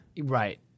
Right